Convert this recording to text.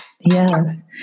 Yes